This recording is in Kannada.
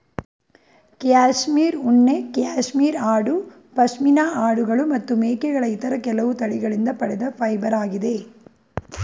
ಕ್ಯಾಶ್ಮೀರ್ ಉಣ್ಣೆ ಕ್ಯಾಶ್ಮೀರ್ ಆಡು ಪಶ್ಮಿನಾ ಆಡುಗಳು ಮತ್ತು ಮೇಕೆಗಳ ಇತರ ಕೆಲವು ತಳಿಗಳಿಂದ ಪಡೆದ ಫೈಬರಾಗಿದೆ